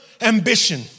ambition